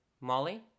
Molly